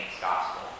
gospel